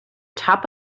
top